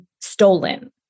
stolen